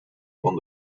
van